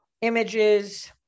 images